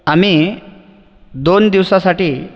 आम्ही दोन दिवसासाठी